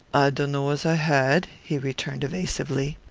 dunno as i had, he returned evasively.